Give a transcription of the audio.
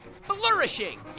Flourishing